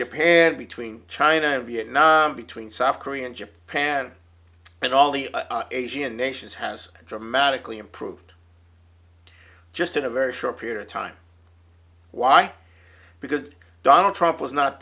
japan between china and vietnam between south korea and japan and all the asian nations has dramatically improved just in a very short period of time why because donald trump was not